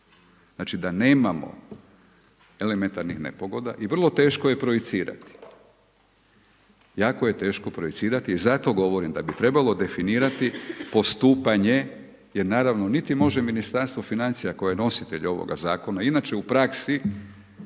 Znači da nemamo elementarnim nepogoda i vrlo teško je projicirati. Jako je teško projicirati i zato govorim da bi trebalo definirati postupanje jer naravno niti može Ministarstvo financija koje je nositelj ovoga zakona inače u praksi,